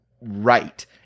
right